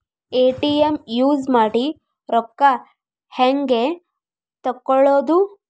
ATM use ಮಾಡಿ ರೊಕ್ಕ ಹೆಂಗೆ ತಕ್ಕೊಳೋದು?